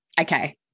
Okay